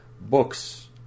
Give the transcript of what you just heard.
books